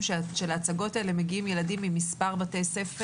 שלהצגות האלה מגיעים ילדים ממספר בתי ספר.